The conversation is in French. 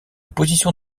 position